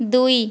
ଦୁଇ